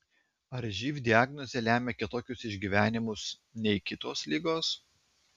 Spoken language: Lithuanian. ar živ diagnozė lemia kitokius išgyvenimus nei kitos ligos